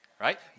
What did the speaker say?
right